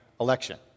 election